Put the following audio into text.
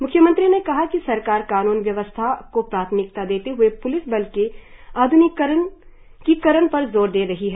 म्ख्यमंत्री ने कहा कि सरकार कानून व्यवस्था को प्राथमिकता देते हुए प्लिस बल के आध्निकिकरण पर जोर दे रही है